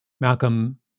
Malcolm